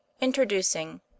Introducing